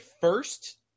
first